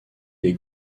les